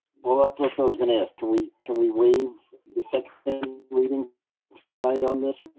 well, that's what i was gonna ask. can we can we waive the second reading tonight on this